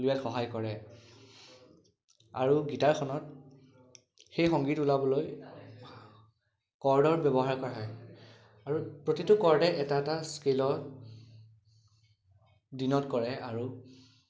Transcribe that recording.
উলিওৱাত সহায় কৰে আৰু গীটাৰখনত সেই সংগীত ওলাবলৈ কৰ্ডৰ ব্যৱহাৰ কৰা হয় আৰু প্ৰতিটো কৰ্ডে এটা এটা স্কেলৰ ডিন'ট কৰে আৰু